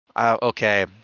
Okay